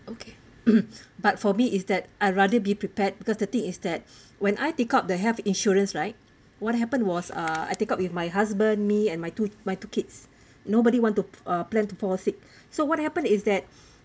okay but for me is that I rather be prepared because the thing is that when I take out the health insurance right what happen was uh I take out with my husband me and my two my two kids nobody want to uh plan to fall sick so what happen is that